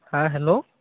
ᱦᱮᱸ ᱦᱮᱞᱳ